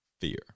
fear